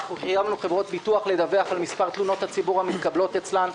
חייבנו חברות ביטוח לדווח על מספר תלונות הציבור המתקבלות אצלן.